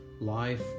life